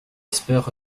espèrent